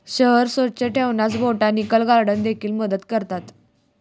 शहर स्वच्छ ठेवण्यास बोटॅनिकल गार्डन देखील मदत करतात